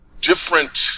different